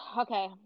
okay